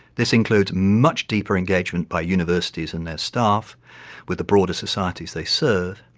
this includes much deeper engagement by universities and their staff with the broader societies they serve,